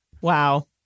Wow